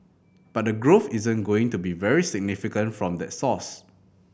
but the growth isn't going to be very significant from that source